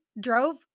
drove